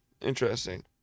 Interesting